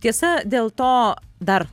tiesa dėl to dar